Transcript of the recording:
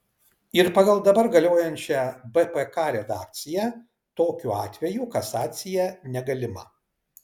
ir pagal dabar galiojančią bpk redakciją tokiu atveju kasacija negalima